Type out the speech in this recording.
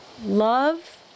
love